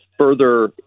further